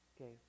Okay